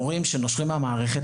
מורים שנושרים מהמערכת,